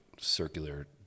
circular